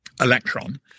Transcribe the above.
electron